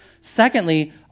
Secondly